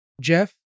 Jeff